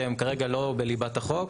שהן כרגע לא בליבת החוק.